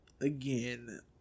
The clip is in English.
again